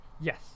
Yes